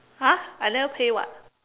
!huh! I never pay [what]